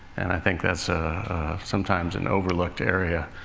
and i think that's sometimes an overlooked area.